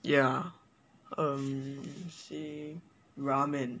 yeah um I would say ramen